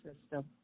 system